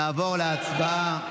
נעבור להצבעה.